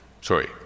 sorry